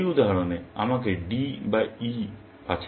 এই উদাহরণে আমাকে D বা E বাছাই করতে হবে